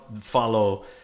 follow